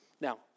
Now